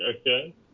okay